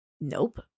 Nope